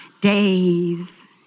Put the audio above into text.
days